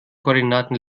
koordinaten